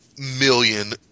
million